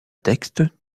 texte